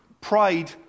Pride